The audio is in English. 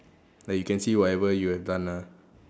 like you can see whatever you have done lah